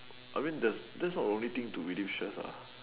I mean thats thats the only thing to reduce stress lah